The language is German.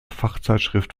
fachzeitschrift